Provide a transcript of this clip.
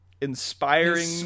Inspiring